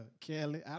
Kelly